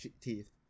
teeth